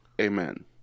Amen